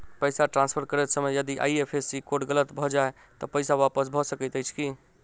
पैसा ट्रान्सफर करैत समय यदि आई.एफ.एस.सी कोड गलत भऽ जाय तऽ पैसा वापस भऽ सकैत अछि की?